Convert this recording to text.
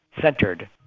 centered